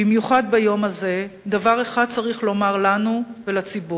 במיוחד ביום הזה, דבר אחד צריך לומר לנו ולציבור: